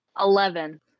Eleven